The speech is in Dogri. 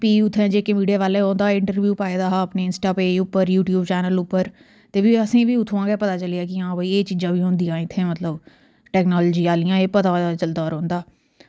ते फ्ही जे के मीडिया आह्लें उं'दा पूरा इंटरव्यू पाए दा हा इंस्टा उप्पर यूट्यूब चैनल उप्पर ते फ्ही असेंगी बी पता चली गेआ कि एह् चीज़ां बी होंदियां एह्दे उप्पर टेक्नोलाज़ियां आह्लियां एह् पता चलदा रौंह्दा